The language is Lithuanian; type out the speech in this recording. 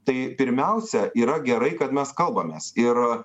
tai pirmiausia yra gerai kad mes kalbamės ir